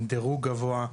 עם דירוג גבוה,